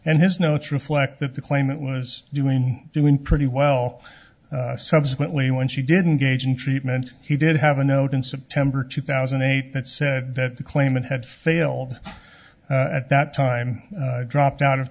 and his notes reflect that the claimant was doing doing pretty well subsequently when she didn't gaging treatment he did have a note in september two thousand and eight that said that the claimant had failed at that time dropped out of